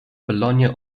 bologna